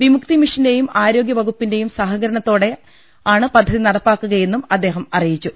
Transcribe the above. വിമുക്തി മിഷന്റെയും ആരോഗ്യവകുപ്പിന്റെയും സഹകരണത്തോടെയാണ് പദ്ധതി നടപ്പാക്കുകയെന്നും അദ്ദേഹം അറിയിച്ചു